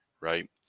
right